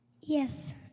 yes